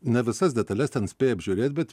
ne visas detales ten spėjai apžiūrėt bet